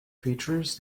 features